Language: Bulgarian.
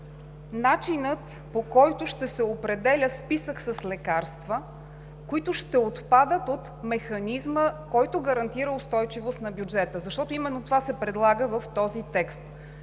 начина, по който ще се определя списъкът с лекарства, които ще отпадат от механизма, който гарантира устойчивост на бюджета, защото именно това се предлага в този текст.